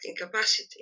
incapacity